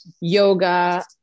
yoga